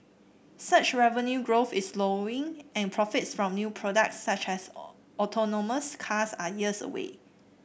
search revenue growth is slowing and profits from new products such as autonomous cars are years away